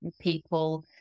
people